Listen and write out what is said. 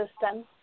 system